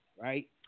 right